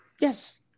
Yes